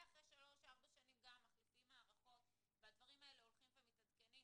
אחרי 4-3 שנים מכניסים מערכות והדברים הללו הולכים ומתעדכנים.